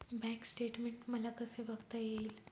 Bank statement मला कसे बघता येईल?